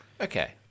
Okay